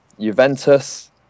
Juventus